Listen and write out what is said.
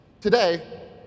Today